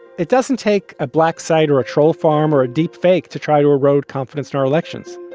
it doesn't take a black site or a troll farm or a deep fake to try to erode confidence in our elections.